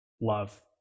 love